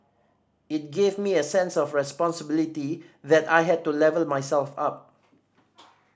it gave me a sense of responsibility that I had to level myself up